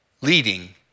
leading